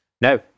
No